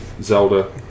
Zelda